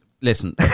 listen